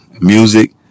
Music